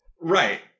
Right